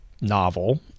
novel